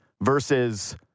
versus